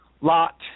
Lot